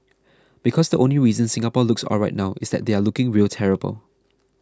because the only reason Singapore looks alright now is that they are looking real terrible